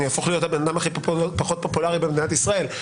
אני אהפוך להיות האדם הכי פחות פופולרי במדינת ישראל,